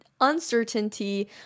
uncertainty